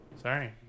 Sorry